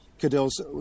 Cadell's